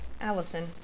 Allison